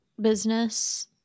business